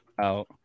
out